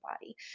body